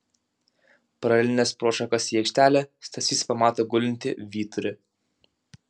pralindęs pro šakas į aikštelę stasys pamato gulintį vyturį